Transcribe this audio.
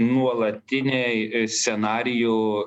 nuolatiniai scenarijų